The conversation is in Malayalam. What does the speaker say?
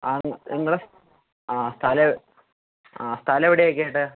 ആ നിങ്ങള് ആ ആ സ്ഥലം എവിടേക്കായിട്ടാണ്